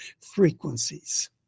frequencies